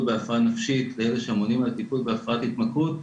בהפרעה נפשית לאלה שאמונים על הטיפול בהפרעת התמכרות.